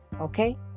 okay